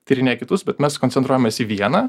tyrinėja kitus bet mes koncentruojamės į vieną